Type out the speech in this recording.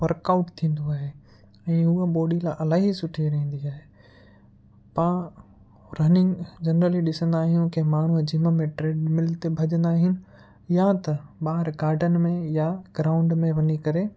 work out थींदो आहे ऐं हू बॉडी लाइ अलाई सुठी रहंदी आहे पाण रनिंग जनरली ॾिसंदा आहियूं कि माण्हू जिम में ट्रेडमिल ते भॼंदा आहिनि या त ॿार गार्डन में या ग्राउंड में वञी करे